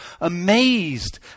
amazed